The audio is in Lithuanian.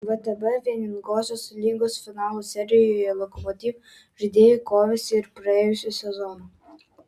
vtb vieningosios lygos finalo serijoje lokomotiv žaidėjai kovėsi ir praėjusį sezoną